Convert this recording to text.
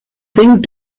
thing